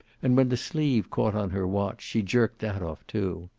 and when the sleeve caught on her watch, she jerked that off, too.